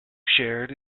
shared